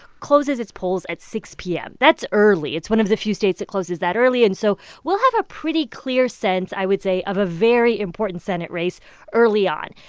closes its polls at six zero p m. that's early. it's one of the few states that closes that early. and so we'll have a pretty clear sense, i would say, of a very important senate race early on.